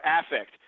affect –